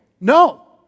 No